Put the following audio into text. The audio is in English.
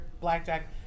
blackjack